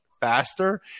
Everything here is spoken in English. faster